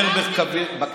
תראו מה קורה בתחלואה.